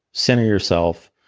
center yourself,